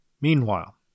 Meanwhile